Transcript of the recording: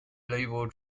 label